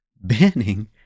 banning